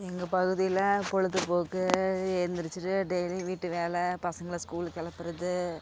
எங்க பகுதியில் பொழுதுபோக்கு எந்திரிச்சிட்டு டெய்லியும் வீட்டு வேலை பசங்களை ஸ்கூலு கிளப்புறது